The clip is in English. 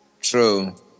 True